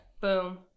boom